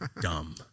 Dumb